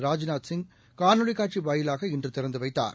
ராஜ்நாத் சிங் காணொலிக் காட்சிவாயிலாக இன்றுதிறந்துவைத்தார்